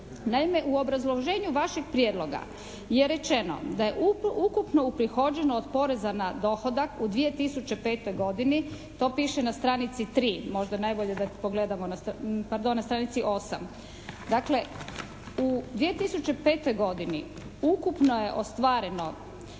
naime u obrazloženju vašeg prijedloga je rečeno da je ukupno uprihođeno od poreza na dohodak u 2005. godini, to piše na stranici 3, možda najbolje da pogledamo, pardon na stranici 8. Dakle u 2005. godini ukupno je ostvareno